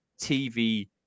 TV